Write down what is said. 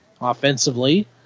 offensively